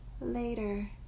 Later